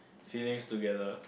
feelings together